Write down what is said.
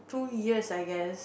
two years I guess